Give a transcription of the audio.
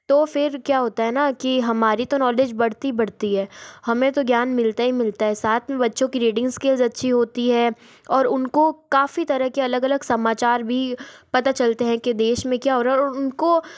तो फिर क्या होता है ना कि हमारी तो नॉलेज बढ़ती ही बढ़ती है हमें तो ज्ञान मिलता ही मिलता है साथ में बच्चों की रीडिंग स्किल्स अच्छी होती है और उनको काफ़ी तरह के अलग अलग समाचार भी पता चलते हैं कि देश में क्या हो रहा है और उनकी